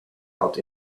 out